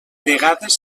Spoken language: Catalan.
vegades